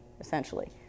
essentially